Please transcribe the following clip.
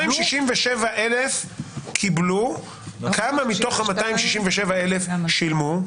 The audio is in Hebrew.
267,000 קיבלו, כמה מתוכם שילמו?